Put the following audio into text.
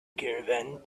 caravan